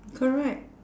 correct